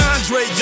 Andre